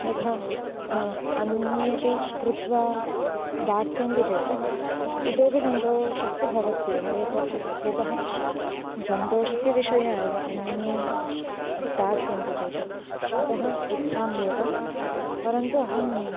यथा नाम अन्येपि कृत्वा दास्यन्ति चेत् इतोपि सन्तोषस्तु भवत्येव यतः यतः सन्तोषस्य विषयः एव अन्ये दास्यन्ति चेत् अतः इच्छाम्येव परन्तु अहम्